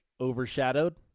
overshadowed